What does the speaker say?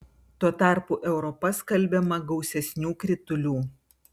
tuo tarpu europa skalbiama gausesnių kritulių